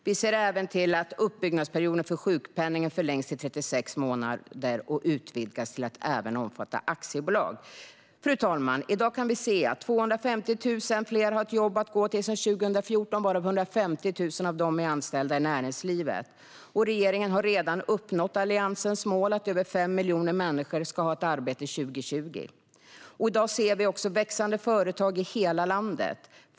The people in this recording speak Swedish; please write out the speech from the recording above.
Vi ser även till att uppbyggnadsperioden för sjukpenningen förlängs till 36 månader och utvidgas till att även omfatta aktiebolag. Fru talman! I dag kan vi se att 250 000 fler har ett jobb att gå till jämfört med 2014, varav 150 000 är anställda i näringslivet. Regeringen har redan uppnått Alliansens mål att över 5 miljoner människor ska ha arbete 2020. I dag ser vi också växande företag i hela landet.